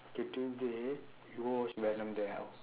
okay tuesday we go watch venom there house